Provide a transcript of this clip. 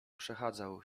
przechadzał